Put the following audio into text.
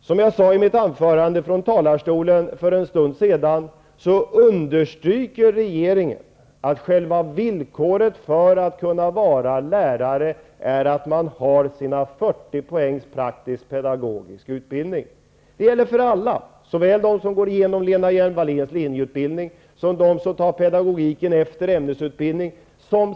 Som jag sade i mitt anförande från talarstolen för en stund sedan understryker regeringen att själva villkoret för att kunna vara lärare är att man har sin 40 poängs praktiskpedagogiska utbildning. Det gäller för alla, såväl för dem som går igenom Lena Hjelm-Walléns linjeutbildning som för dem som tar pedagogikutbildningen efter ämnesutbildningen.